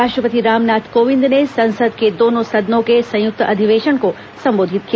राष्ट्रपति राम नाथ कोविंद ने संसद के दोनों सदनों के संयुक्त अधिवेशन को संबोधित किया